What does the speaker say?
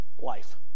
life